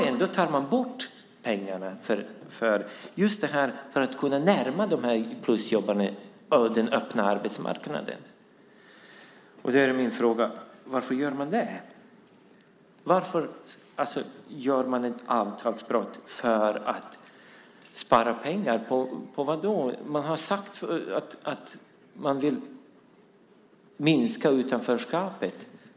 Ändå tar man bort pengarna som skulle gå till att få plusjobbarna att kunna närma sig den öppna arbetsmarknaden. Min fråga är: Varför gör man det? Varför begår man ett avtalsbrott för att spara pengar, och på vad? Man har sagt att man vill minska utanförskapet.